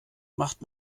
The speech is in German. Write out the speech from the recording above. macht